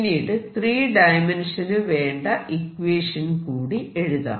പിന്നീട് 3 ഡയമെൻഷനുവേണ്ട ഇക്വേഷൻ കൂടി എഴുതാം